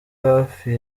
hafi